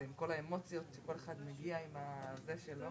המשרד לקליטת העלייה, אירוס הומינר.